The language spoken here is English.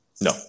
No